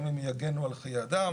גם אם הם יגנו על חיי אדם.